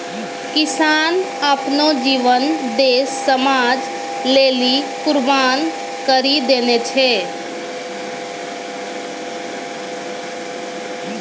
किसान आपनो जीवन देस समाज लेलि कुर्बान करि देने छै